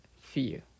fear